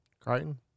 Crichton